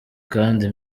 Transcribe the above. kandi